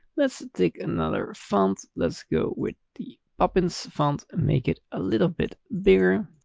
let's take another font, let's go with the poppins font, make it a little bit bigger.